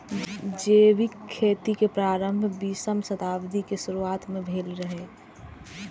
जैविक खेतीक प्रारंभ बीसम शताब्दीक शुरुआत मे भेल रहै